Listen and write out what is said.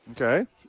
Okay